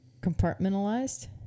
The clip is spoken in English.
compartmentalized